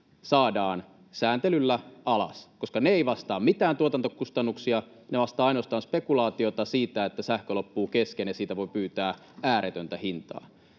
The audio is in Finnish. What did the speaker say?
saadaan sääntelyllä alas, koska ne eivät vastaa mitään tuotantokustannuksia vaan ainoastaan spekulaatiota siitä, että sähkö loppuu kesken ja siitä voi pyytää ääretöntä hintaa.